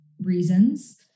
reasons